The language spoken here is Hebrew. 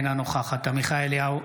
אינה נוכחת עמיחי אליהו,